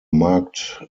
marked